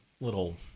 little